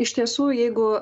iš tiesų jeigu